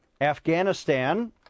Afghanistan